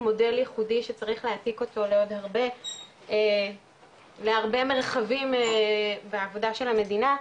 מודל ייחודי שצריך להעתיק אותו לעוד הרבה מרחבים בעבודה של המדינה,